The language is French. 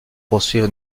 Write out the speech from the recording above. poursuivre